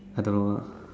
I don't know